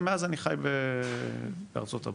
ומאז אני חי בארצות הברית.